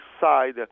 side